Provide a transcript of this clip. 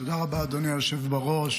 תודה רבה, אדוני היושב-בראש.